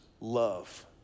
love